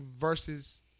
Versus